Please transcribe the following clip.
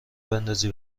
بندازی